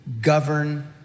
govern